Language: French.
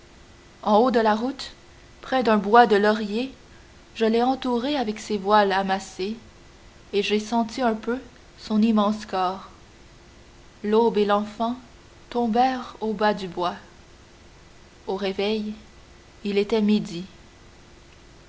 en haut de la route près d'un bois de lauriers je l'ai entourée avec ses voiles amassés et j'ai senti un peu son immense corps l'aube et l'enfant tombèrent au bas du bois au réveil il était midi